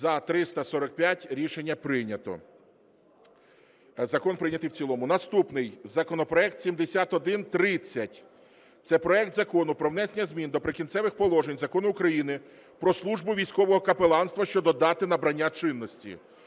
За – 345 Рішення прийнято. Закон прийнятий в цілому. Наступний законопроект – 7130. Це проект Закону про внесення змін до прикінцевих положень Закону України "Про Службу військового капеланства" щодо дати набрання чинності.